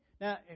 now